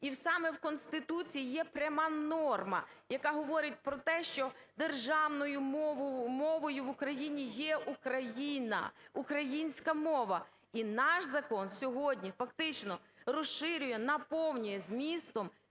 І саме в Конституції є пряма норма, яка говорить про те, що державною мовою в Україні є Україна, українська мова. І наш закон сьогодні фактично розширює, наповнює змістом